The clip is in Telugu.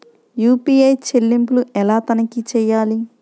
యూ.పీ.ఐ చెల్లింపులు ఎలా తనిఖీ చేయాలి?